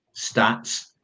stats